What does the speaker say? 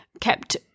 kept